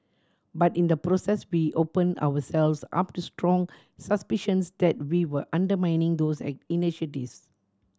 but in the process we open ourselves up to strong suspicions that we were undermining those I initiatives